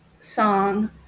song